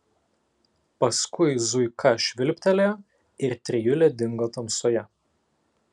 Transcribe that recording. paskui zuika švilptelėjo ir trijulė dingo tamsoje